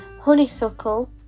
honeysuckle